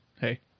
hey